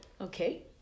okay